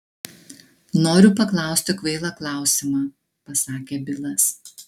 noriu paklausti kvailą klausimą pasakė bilas